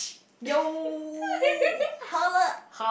yo hao le